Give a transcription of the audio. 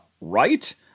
right